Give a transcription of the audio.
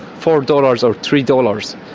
four dollars or three dollars.